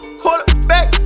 quarterback